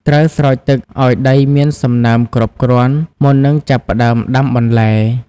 ត្រូវស្រោចទឹកឱ្យដីមានសំណើមគ្រប់គ្រាន់ មុននឹងចាប់ផ្តើមដាំបន្លែ។